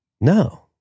No